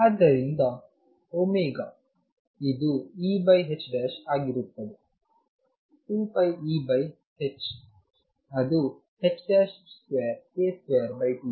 ಆದ್ದರಿಂದ ಇದು E ಆಗಿರುತ್ತದೆ 2πEh ಅದು 2k22m